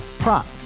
Prop